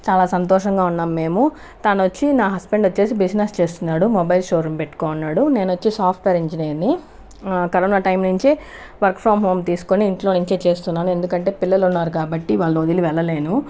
చాలా సంతోషంగా ఉన్నాము మేము తను వచ్చి నా హస్బెండ్ వచ్చేసి బిజినెస్ చేస్తున్నాడు మొబైల్ షోరూం పెట్టుకో ఉన్నాడు నేను వచ్చి సాఫ్ట్వేర్ ఇంజనీర్ని కరోనా టైం నుంచి వర్క్ ఫ్రం హోం తీసుకొని ఇంట్లో నుంచే చేస్తున్నాను ఎందుకంటే పిల్లలు ఉన్నారు కాబట్టి వాళ్ళని వదిలి వెళ్ళలేను